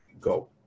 go